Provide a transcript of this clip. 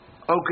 Okay